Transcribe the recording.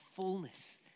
fullness